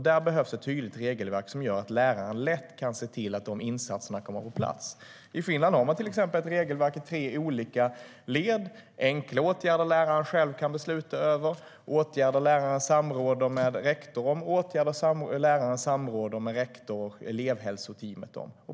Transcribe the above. Där behövs ett tydligt regelverk som gör att läraren lätt kan se till att de insatserna kommer på plats.I Finland har man till exempel ett regelverk i tre olika led - enkla åtgärder som läraren själv kan besluta om, åtgärder som läraren samråder med rektor om och åtgärder som läraren samråder med rektor och elevhälsoteamet om.